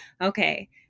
okay